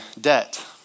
debt